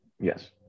Yes